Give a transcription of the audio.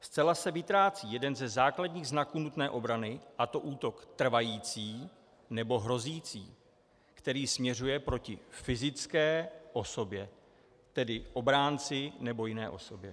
Zcela se vytrácí jeden ze základních znaků nutné obrany, a to útok trvající nebo hrozící, který směřuje proti fyzické osobě, tedy obránci nebo jiné osobě.